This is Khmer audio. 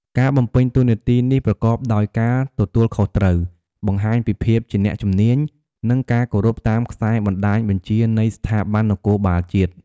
ការបំពេញតួនាទីនេះប្រកបដោយការទទួលខុសត្រូវ បង្ហាញពីភាពជាអ្នកជំនាញ និងការគោរពតាមខ្សែបណ្តាញបញ្ជានៃស្ថាប័ននគរបាលជាតិ។